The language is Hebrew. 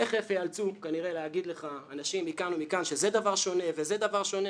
תכף כנראה יאמרו לך אנשים מכאן ומכאן שזה דבר שונה וזה דבר שונה,